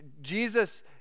Jesus